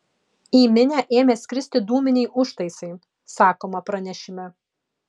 į minią ėmė skristi dūminiai užtaisai sakoma pranešime